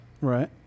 right